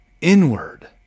inward